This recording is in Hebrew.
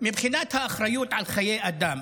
מבחינת האחריות לחיי אדם